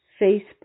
Facebook